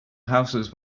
houses